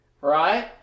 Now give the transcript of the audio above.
Right